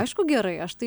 aišku gerai aš tai